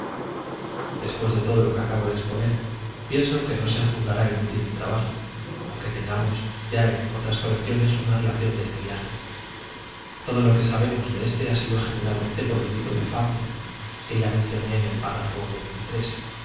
después de todo lo que acabo de exponer pienso que no se juzgará inútil mi trabajo aunque tengamos ya en otras colecciones una relación de este viaje todo lo que sabemos de éste ha sido generalmente por el libro de fabre que ya mencioné en el párrafo